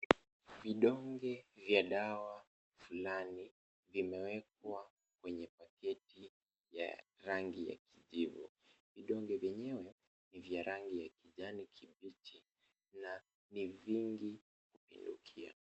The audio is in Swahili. Vidonge vya dawa fulani vimewekwa kwenye pakiti ya rangi ya kijivu. Vidonge vyenyewe ni vya rangi ya kijani kibichi na ni vingi kupindukia.